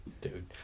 Dude